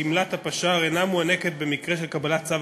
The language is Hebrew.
גמלת הפש"ר אינה מוענקת במקרה של קבלת צו